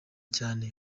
cyane